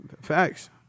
Facts